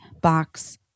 box